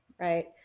right